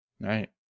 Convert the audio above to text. Right